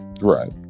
Right